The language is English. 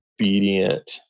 obedient